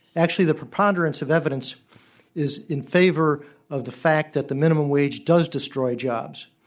actually, the preponderance of evidence is in favor of the fact that the minimum wage does destroy jobs.